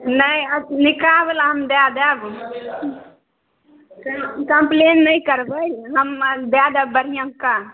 नहि अब निकहा बला हम दै देब कम्पलेन नहि करबै हम दै देब बढ़िआँका